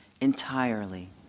entirely